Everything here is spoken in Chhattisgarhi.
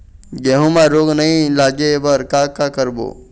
गेहूं म रोग नई लागे बर का का करबो?